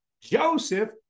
Joseph